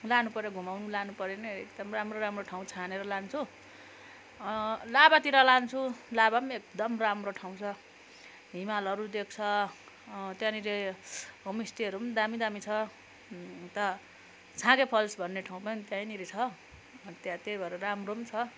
लानु पऱ्यो घुमाउनु लानु पऱ्यो भने है एकदम राम्रो राम्रो ठाउँ छानेर लान्छु लाभातिर लान्छु लाभा पनि एकदम राम्रो ठाउँ छ हिमालहरू देख्छ त्यहाँनिर होमस्टेहरू पनि दामी दामी छ अन्त छाँगे फल्स भन्ने ठाउँ पनि त्यहीँनिर छ त्यहाँ त्यही भएर राम्रो पनि छ